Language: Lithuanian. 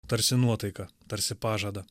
tarsi nuotaiką tarsi pažadą